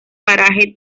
paraje